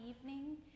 evening